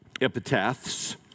epitaphs